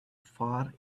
far